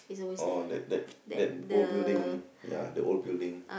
oh that that that old building ya the old building